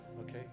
Okay